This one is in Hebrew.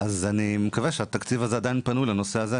אז אני מקווה שהתקציב הזה עדיין פנוי לנושא הזה.